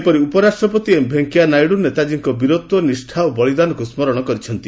ସେହିପରି ଉପରାଷ୍ଟ୍ରପତି ଏମ୍ ଭେଙିୟା ନାଇଡୁ ନେତାଜୀଙ୍କ ବୀରତ୍ୱ ନିଷ୍ବା ଓ ବଳିଦାନକ୍ ସୁରଣ କରିଛନ୍ତି